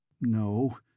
No